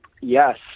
Yes